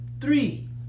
three